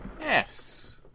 Yes